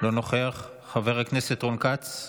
לא נוכח, חבר הכנסת רון כץ,